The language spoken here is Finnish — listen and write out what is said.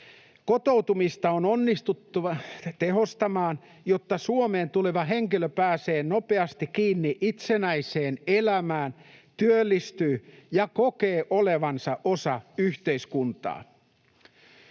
Kotoutumista on onnistuttava tehostamaan, jotta Suomeen tuleva henkilö pääsee nopeasti kiinni itsenäiseen elämään, työllistyy ja kokee olevansa osa yhteiskuntaa.